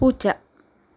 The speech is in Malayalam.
പൂച്ച